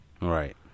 Right